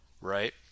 right